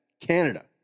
Canada